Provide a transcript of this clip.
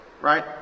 right